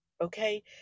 okay